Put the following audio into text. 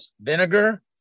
vinegar